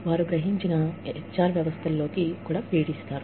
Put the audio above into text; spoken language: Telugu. వారు గ్రహించిన HR వ్యవస్థల్లోకి కూడా ఫీడ్ ఇస్తారు